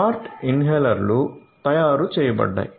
smart ఇన్హేలర్లు తయారు చేయబడ్డాయి